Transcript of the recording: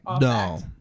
No